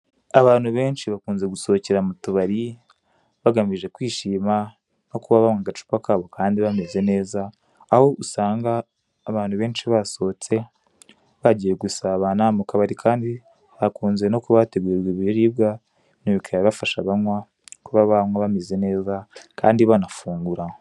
Abantu benshi bakunze gusohokera mu tubari bagamije kwishima no kuba banywa agacupa kabo kandi bameze neza, aho usanga abantu benshi basohotse bagiye gusabana mu kabari kandi hakunze no kuba bategurirwa ibiribwa, bino bikaba bifasha abanywa kuba banywa bameze neza kandi banafungura.